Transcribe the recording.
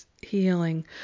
healing